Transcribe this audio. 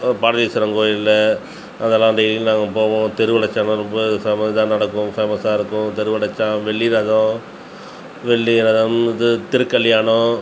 பாரதீஸ்வரன் கோயிலில் அதெல்லாம் டெய்லியும் நாங்கள் போவோம் திருவடைச்சானால் இதாக நடக்கும் ஃபேமஸ்ஸாக இருக்கும் திருவடைச்சானால் வெள்ளிரதம் வெள்ளிரதம் இது திருக்கல்யாணம்